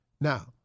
Now